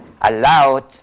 allowed